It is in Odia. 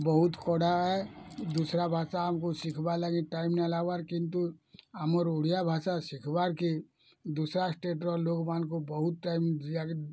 ବହୁତ୍ କଡ଼ା ଦୁସରା ଭାଷା ଆମକୁ ଶିଖବା ଲାଗି ଟାଇମ୍ ମିଲାବାର୍ କିନ୍ତୁ ଆମର୍ ଓଡ଼ିଆଭାଷା ଶିଖବାର୍ କେ ଦୁସରା ଷ୍ଟେଟ୍ର ଲୋକମାନଙ୍କୁ ବହୁତ୍ ଟାଇମ୍ ଜିଆକେ